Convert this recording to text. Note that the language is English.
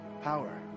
power